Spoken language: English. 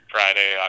Friday